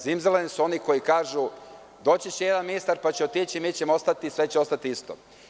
Zimzeleni su oni koji kažu – doći će jedan ministar, pa će otići, mi ćemo ostati i sve će ostati isto.